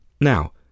Now